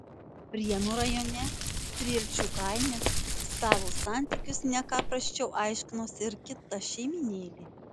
prienų rajone strielčių kaime savo santykius ne ką prasčiau aiškinosi ir kita šeimynėlė